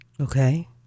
Okay